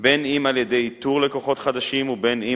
בין אם על-ידי איתור לקוחות חדשים ובין אם